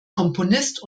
komponist